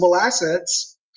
assets